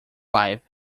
life